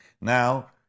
Now